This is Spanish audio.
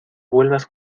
vuelvas